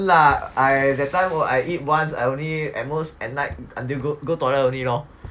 won't lah I that time hor I eat once I only at most at night until go go toilet only lor